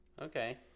Okay